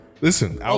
Listen